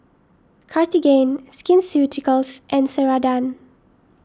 Cartigain Skin Ceuticals and Ceradan